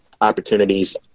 opportunities